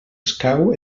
escau